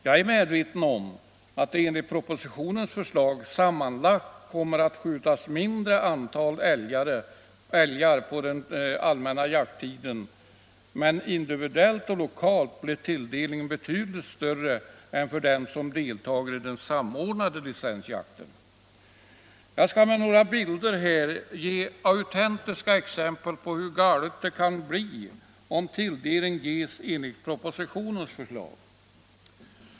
Jag är medveten om att det enligt propositionens förslag sammanlagt kommer att skjutas mindre antal älgar än tidigare under den allmänna jakttiden, men individuellt och lokalt blir tilldelningen betydligt större än för dem som deltar i den samordnade licensjakten. Jag skall med några bilder på kammarens bildskärm ge autentiska exempel på hur galet det kan bli om tilldelning ges enligt propositionens förslag.